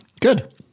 Good